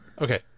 Okay